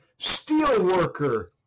Steelworker